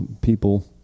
people